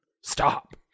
stop